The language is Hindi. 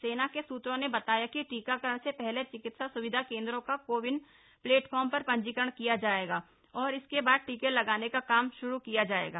सेना के सूत्रों ने बताया कि टीकाकरण से पहले चिकित्सा सुविधा केंद्रों का कोविन प्लेटफॉर्म पर पंजीकरण किया जाएगा और इसके बाद टीके लगाने का काम श्रू किया जाएगा